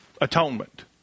atonement